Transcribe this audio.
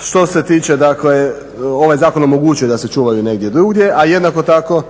Što se tiče dakle, ovaj zakon omogućuje da se čuvaju negdje drugdje, a jednako tako